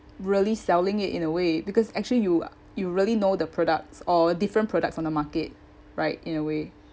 really selling it in a way because actually you you really know the products or different products on the market right in a way